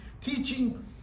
teaching